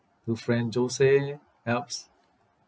to franz josef alps